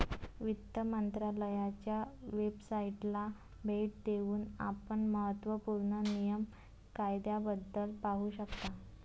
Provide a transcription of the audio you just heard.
वित्त मंत्रालयाच्या वेबसाइटला भेट देऊन आपण महत्त्व पूर्ण नियम कायद्याबद्दल पाहू शकता